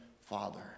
Father